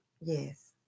Yes